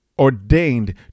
ordained